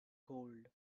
gold